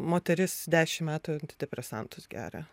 moteris dešim metų antidepresantus geria